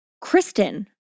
Kristen